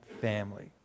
family